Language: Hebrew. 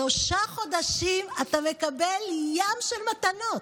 שלושה חודשים אתה מקבל ים של מתנות.